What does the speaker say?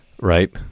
right